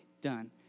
done